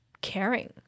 caring